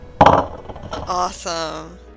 Awesome